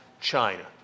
China